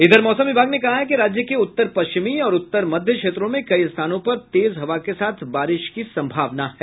इधर मौसम विभाग ने कहा है कि राज्य के उत्तर पश्चिमी और उत्तर मध्य क्षेत्रों में कई स्थानों पर तेज हवा के साथ बारिश की संभावना है